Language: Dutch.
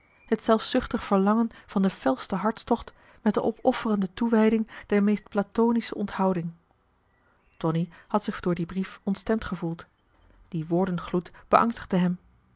het zelfzuchtig verlangen van den felsten hartstocht met de opofferende toewijding der meest platonische onthouding tonie had zich door dien brief ontstemd gevoeld die woordengloed beangstigde hem